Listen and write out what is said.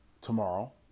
tomorrow